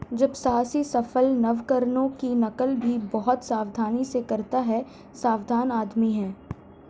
जब साहसी सफल नवकरणों की नकल भी बहुत सावधानी से करता है सावधान उद्यमी है